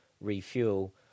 refuel